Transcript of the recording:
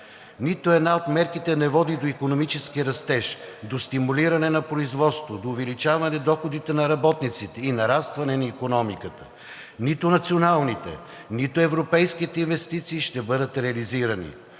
Нито една от мерките не води до икономически растеж, до стимулиране на производството, до увеличаване доходите на работниците и нарастване на икономиката. Нито националните, нито европейските инвестиции ще бъдат реализирани.